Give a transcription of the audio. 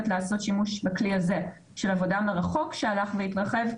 לעשות שימוש בכלי הזה של עבודה מרחוק שהלך והתרחב,